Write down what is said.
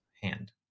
Hand